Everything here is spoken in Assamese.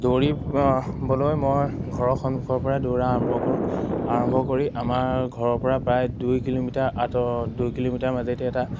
দৌৰি বলৈ মই ঘৰৰ সন্মুখৰ পৰাই দৌৰা আৰম্ভ কৰোঁ আৰম্ভ কৰি আমাৰ ঘৰৰ পৰা প্ৰায় দুই কিলোমিটাৰ আঁতৰ দুই কিলোমিটাৰ মাজেদি এটা